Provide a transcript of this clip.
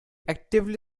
actively